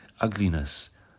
Ugliness